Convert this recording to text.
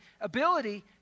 ability